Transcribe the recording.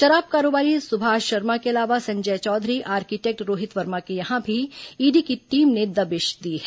शराब कारोबारी सुभाष शर्मा के अलावा संजय चौधरी आर्किटेक्ट रोहित वर्मा के यहां भी ईडी की टीम दबिश दी है